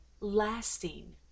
lasting